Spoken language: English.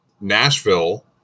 nashville